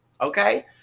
okay